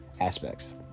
aspects